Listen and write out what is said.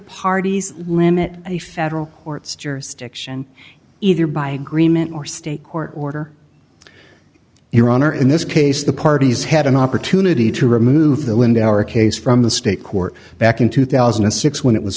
parties limit a federal court's jurisdiction either by greenman or state court order your honor in this case the parties had an opportunity to remove the lindauer case from the state court back in two thousand and six when it was